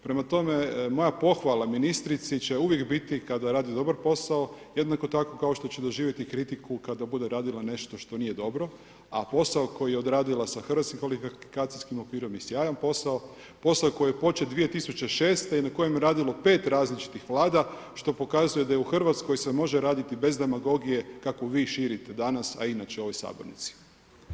Prema tome, moja pohvala ministrici, će uvijek biti kada radi dobar posao, jednako tako kao što će doživjeti kritiku kada bude radila nešto što nije dobro, a posao koji je odradila sa Hrvatskim kvalifikacijskim okvirom je sjajan posao, posao koji je počet 2006. i na kojem je radilo 5 različitih vlada, što pokazuje da u Hrvatskoj se može raditi bez demagogije, kakvu vi širite danas, a i inače u ovoj sabornici.